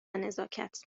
نزاکت